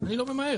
אני לא ממהר.